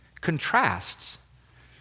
contrasts